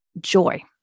joy